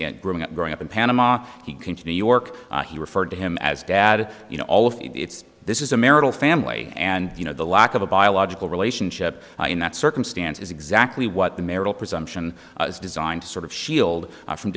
in growing up growing up in panama he continue york he referred to him as dad you know all of this is a marital family and you know the lack of a biological relationship in that circumstance is exactly what the marital presumption is designed to sort of shield from